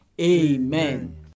amen